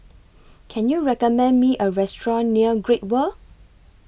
Can YOU recommend Me A Restaurant near Great World